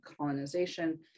colonization